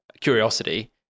curiosity